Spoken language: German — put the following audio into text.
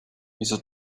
wieso